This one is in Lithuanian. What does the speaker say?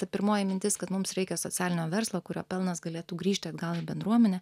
ta pirmoji mintis kad mums reikia socialinio verslo kurio pelnas galėtų grįžti atgal į bendruomenę